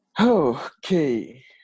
Okay